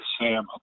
Sam